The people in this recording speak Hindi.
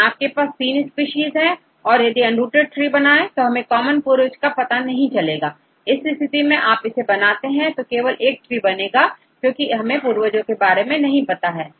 यदि आपके पास तीन स्पीशीज है और यदि अनरूटेड ट्री बनाएं तो हमें कॉमन पूर्वज का पता नहीं चलेगा इस स्थिति में यदि आप इसे बनाते हैं तो केवल एकट्री बनेगा क्योंकि हमें पूर्वजों के बारे में नहीं पता है